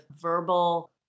verbal